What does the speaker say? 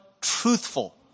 truthful